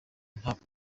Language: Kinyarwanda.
ntabwo